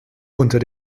unter